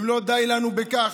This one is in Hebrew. אם לא די לנו בכך,